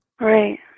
Right